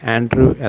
Andrew